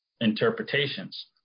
interpretations